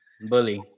Bully